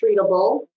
treatable